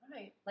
Right